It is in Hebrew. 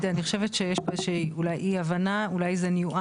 אני אהיה צריך היתר.